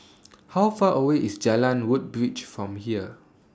How Far away IS Jalan Woodbridge from here